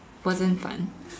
wasn't fun